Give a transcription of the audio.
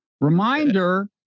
reminder